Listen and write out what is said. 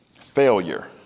failure